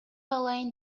алайын